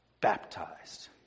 baptized